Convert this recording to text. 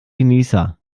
genießer